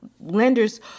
lenders